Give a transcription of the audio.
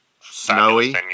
snowy